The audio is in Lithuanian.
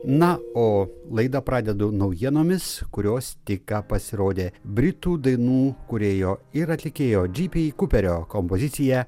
na o laidą pradedu naujienomis kurios tik ką pasirodė britų dainų kūrėjo ir atlikėjo džy py kuperio kompozicija